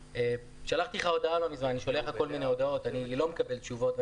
שלחתי לך כמה הודעות ולא קיבלתי תשובות.